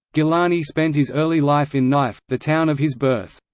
gilani spent his early life in na'if, the town of his birth.